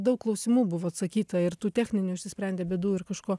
daug klausimų buvo atsakyta ir tų techninių išsisprendė bėdų ir kažko